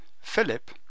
philip